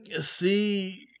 see